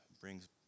brings